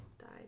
died